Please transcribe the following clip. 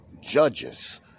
judges